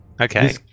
Okay